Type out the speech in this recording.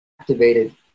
activated